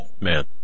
Man